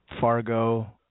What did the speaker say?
Fargo